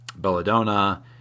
Belladonna